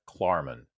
Klarman